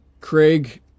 Craig